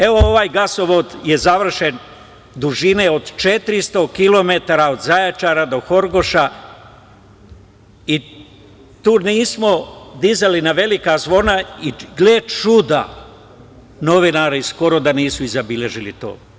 Evo, ovaj gasovod je završen, dužine od 400 kilometara od Zaječara do Horgoša i tu nismo dizali na velika zvona i, gle čuda, novinari skoro da nisu i zabeležili to.